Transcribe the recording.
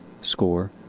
score